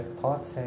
thoughts